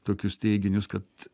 tokius teiginius kad